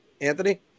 Anthony